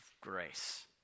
Grace